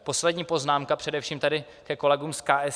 Poslední poznámka především tady ke kolegům z KSČM.